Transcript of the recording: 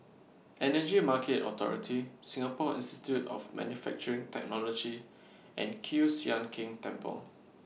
Energy Market Authority Singapore Institute of Manufacturing Technology and Kiew Sian King Temple